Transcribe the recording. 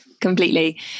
Completely